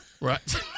Right